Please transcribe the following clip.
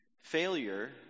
Failure